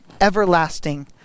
everlasting